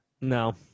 No